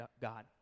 God